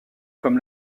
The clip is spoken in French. comme